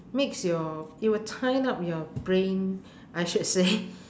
mix your it will tie up your brain I should say